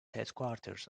headquarters